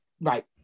Right